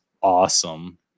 awesome